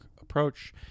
approach